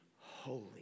holy